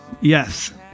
Yes